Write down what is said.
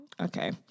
Okay